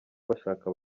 bashaka